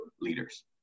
leaders